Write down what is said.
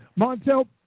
Montel